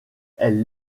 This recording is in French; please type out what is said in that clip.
elles